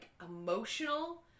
emotional